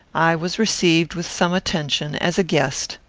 i was received with some attention as a guest.